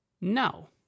No